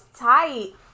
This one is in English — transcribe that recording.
tight